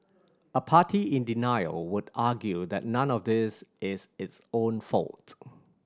a party in denial would argue that none of this is its own fault